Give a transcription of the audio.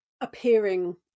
appearing